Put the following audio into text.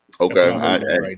Okay